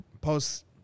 post